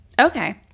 okay